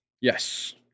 Yes